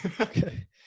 Okay